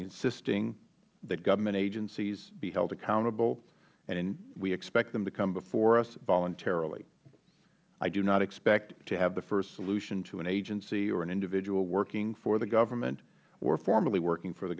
insisting that government agencies be held accountable and we expect them to come before us voluntarily i do not expect to have the first solution to an agency or an individual working for the government or formerly working for the